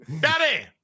Daddy